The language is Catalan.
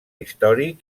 històric